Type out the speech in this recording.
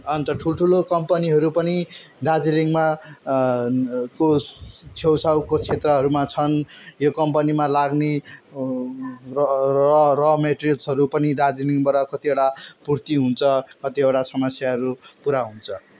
अन्त ठुल ठुलो कम्पनीहरू पनि दार्जिलिङमा कोस छेउछाउको क्षेत्रहरूमा छन् यो कम्पनीमा लाग्ने र र र मटेरियल्सहरू पनि दार्जिलिङबाट कतिवटा पूर्ति हुन्छ कतिवटा समस्याहरू पुरा हुन्छ